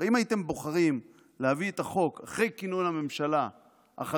אם הייתם בוחרים להביא את החוק אחרי כינון הממשלה החדשה,